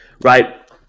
Right